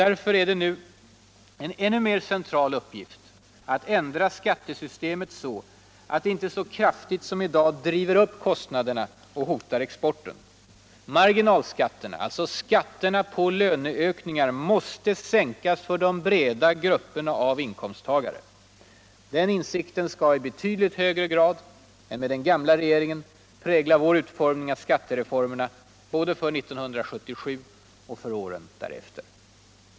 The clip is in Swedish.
Därför framstår det nu som en ännu mer central uppgift att ändra skattesystemet, så alt det inte så kraftigt som i dag driver upp kostnaderna och hotar exporten. Marginalskatterna, alltså skatterna på löneökningar, måste sänkas för de breda grupperna av inkomsttagare. Den insikten skall i betydligt högre grad än med den gamla regeringen prägla vår utformning av skattereformerna både för 1977 och för åren därefter.